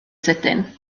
sydyn